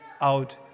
out